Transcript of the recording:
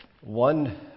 one